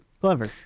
Clever